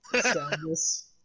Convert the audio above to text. sadness